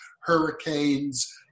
hurricanes